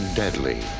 deadly